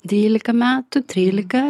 dvylika metų trylika